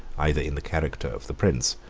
either in the character of the prince,